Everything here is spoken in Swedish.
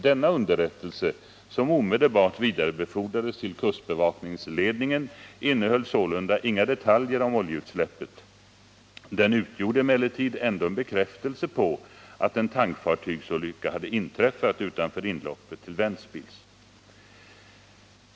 Denna underrättelse, som omedelbart vidarebefordrades till kustbevakningsledningen, innehöll sålunda inga detaljer om oljeutsläppet. Den utgjorde emellertid ändå en bekräftelse på att en tankfartygsolycka hade inträffat utanför inloppet till Ventspils.